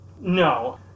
No